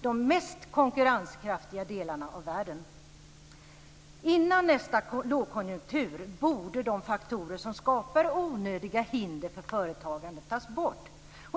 de mest konkurrenskraftiga delarna av världen. Före nästa lågkonjunktur borde de faktorer som skapar onödiga hinder för företagande tas bort.